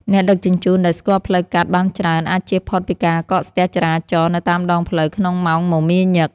អ្នកដឹកជញ្ជូនដែលស្គាល់ផ្លូវកាត់បានច្រើនអាចជៀសផុតពីការកកស្ទះចរាចរណ៍នៅតាមដងផ្លូវក្នុងម៉ោងមមាញឹក។